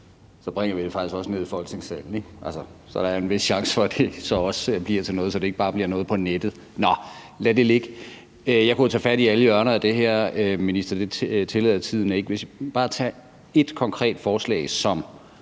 så bringer vi det faktisk også ned i Folketingssalen. Så er der en vis chance for, at det også bliver til noget og ikke bare noget på nettet. Nå, lad det ligge. Jeg kunne jo tage fat i alle hjørner af det her, vil jeg sige til ministeren, men det tillader tiden ikke. Vi kan bare tage et konkret forslag, som